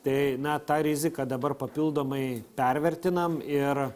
tai na tą riziką dabar papildomai pervertinam ir